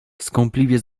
skwapliwie